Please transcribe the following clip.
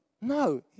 No